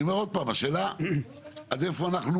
אני אומר עוד פעם, השאלה היא עד איפה אנחנו.